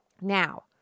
now